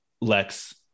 lex